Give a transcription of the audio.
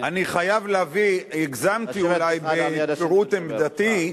הגזמתי אולי בפירוט עמדתי,